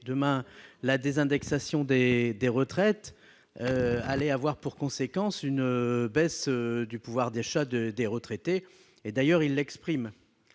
demain la désindexation des retraites -allait avoir pour conséquence une baisse du pouvoir d'achat des retraités. D'ailleurs, ils expriment